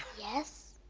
yes?